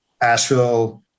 Asheville